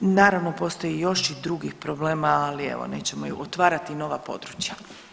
Naravno postoji još i drugih problema, ali nećemo ih otvarati i nova područja.